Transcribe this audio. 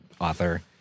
author